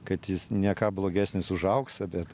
kad jis ne ką blogesnis už auksą bet